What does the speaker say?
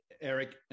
Eric